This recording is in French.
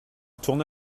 tourna